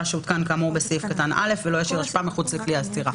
שהותקן כאמור בסעיף קטן (א) ולא ישאיר אשפה מחוץ לכלי האצירה".